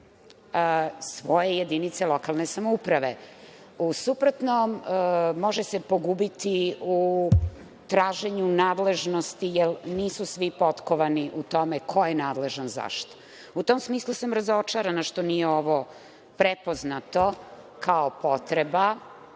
svoje jedinice lokalne samouprave. U suprotnom, može se pogubiti u traženju nadležnosti, jer nisu svi potkovani u tome ko je nadležan za šta.U tom smislu sam razočarana što nije ovo prepoznato kao potreba